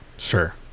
Sure